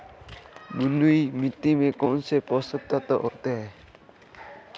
बलुई मिट्टी में कौनसे पोषक तत्व होते हैं?